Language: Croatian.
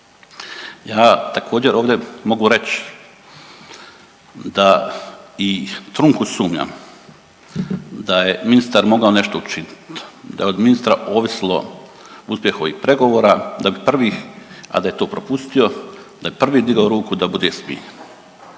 Ja također, ovdje mogu reći da i trunku sumnjam da je ministar mogao nešto učiniti, da od ministra ovislo uspjeh ovih pregovora, da bi prvih, a da je to propustio, da je prvi digao ruku da bude svih